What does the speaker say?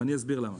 ואני אסביר למה.